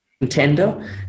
contender